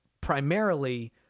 primarily